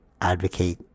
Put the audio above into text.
advocate